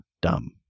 dumb